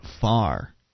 far